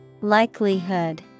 Likelihood